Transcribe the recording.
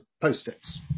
post-its